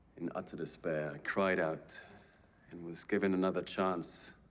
in utter despair i cried out and was given another chance.